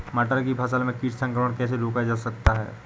मटर की फसल में कीट संक्रमण कैसे रोका जा सकता है?